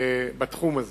בתחום הזה.